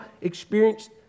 experienced